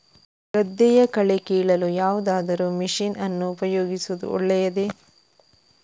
ಗದ್ದೆಯ ಕಳೆ ಕೀಳಲು ಯಾವುದಾದರೂ ಮಷೀನ್ ಅನ್ನು ಉಪಯೋಗಿಸುವುದು ಒಳ್ಳೆಯದೇ?